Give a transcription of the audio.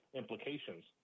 implications